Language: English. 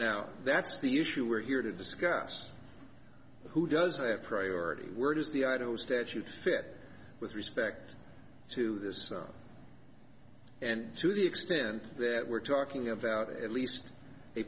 now that's the issue we're here to discuss who does have priority word is the idaho statutes fit with respect to this and to the extent that we're talking about at least